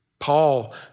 Paul